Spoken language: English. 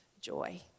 joy